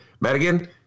Madigan